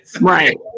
Right